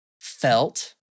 felt